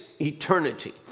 eternity